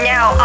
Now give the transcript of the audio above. Now